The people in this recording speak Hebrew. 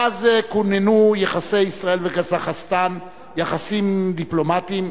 מאז כוננו יחסי ישראל וקזחסטן, יחסים דיפלומטיים,